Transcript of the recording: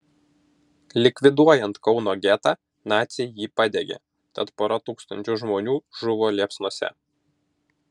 likviduojant kauno getą naciai jį padegė tad pora tūkstančių žmonių žuvo liepsnose